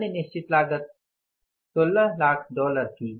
अन्य निश्चित लागत 160000 डॉलर थी